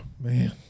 man